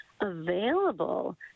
available